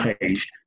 page